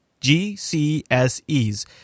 GCSEs